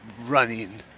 running